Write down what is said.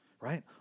right